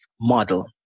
model